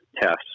tests